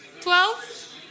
twelve